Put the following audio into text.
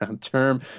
Term